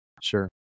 Sure